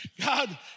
God